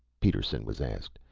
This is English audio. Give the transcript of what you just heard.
peterson was asked,